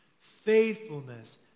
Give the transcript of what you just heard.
faithfulness